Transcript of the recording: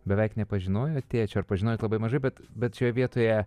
beveik nepažinojot tėčio ar pažinojot labai mažai bet bet šioje vietoje